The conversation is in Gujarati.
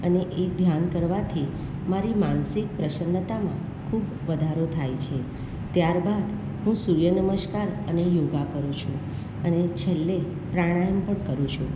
અને એ ધ્યાન કરવાથી મારી માનસિક પ્રસન્તામાં ખૂબ વધારો થાય છે ત્યાર બાદ હું સૂર્ય નમસ્કાર અને યોગા કરું છું અને છેલ્લે પ્રાણાયામ પણ કરું છું